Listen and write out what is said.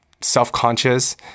self-conscious